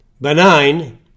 Benign